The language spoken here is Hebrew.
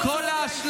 מה עשה גוש קטיף?